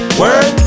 word